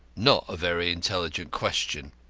not a very intelligent question.